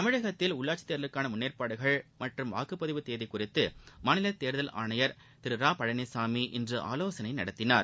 தமிழகத்தில் உள்ளாட்சித் தேர்தலுக்கான முன்னேற்பாடுகள் மற்றும் வாக்குப்பதிவு தேதி குறித்து மாநில தேர்தல் ஆணையர் திரு இரா பழனிசாமி இன்று ஆலோசனை நடத்தினார்